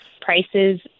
Prices